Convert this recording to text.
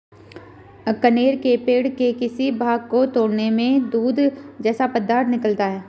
कनेर के पेड़ के किसी भाग को तोड़ने में दूध जैसा पदार्थ निकलता है